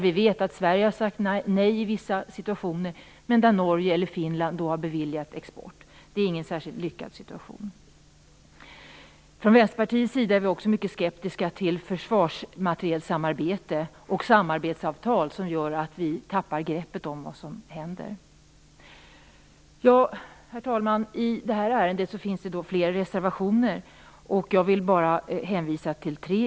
Vi vet att Sverige har sagt nej i vissa situationer, men där Norge eller Finland då har beviljat export. Det är ingen särskilt lyckad situation. Från Vänsterpartiets sida är vi också mycket skeptiska till försvarsmaterielsamarbete och samarbetsavtal som gör att vi tappar greppet om vad som händer. Herr talman! I det här ärendet finns det flera reservationer. Jag vill bara hänvisa till tre.